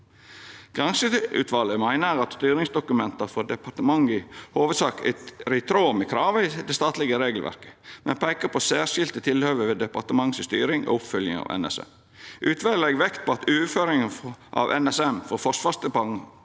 Granskingsutvalet meiner at styringsdokumenta frå departementet i hovudsak er i tråd med kravet i det statlege regelverket, men peikar på særskilde tilhøve ved departementet si styring og oppfølging av NSM. Utvalet legg vekt på at overføringa av NSM frå Forsvarsdepartementet